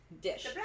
dish